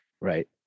Right